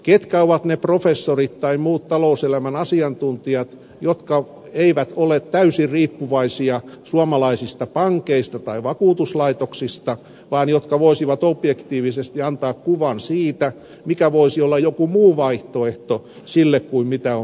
ketkä ovat ne professorit tai muut talouselämän asiantuntijat jotka eivät ole täysin riippuvaisia suomalaisista pankeista tai vakuutuslaitoksista vaan jotka voisivat objektiivisesti antaa kuvan siitä mikä voisi olla joku muu vaihtoehto sille mitä on päätetty